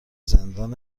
زندان